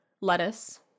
Lettuce